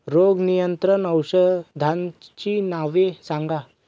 रोग नियंत्रण औषधांची नावे सांगा?